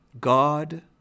God